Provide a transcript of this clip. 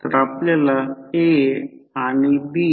तर B दिला आहे 1